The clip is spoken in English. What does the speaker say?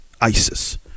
ISIS